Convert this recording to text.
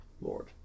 lord